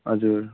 हजुर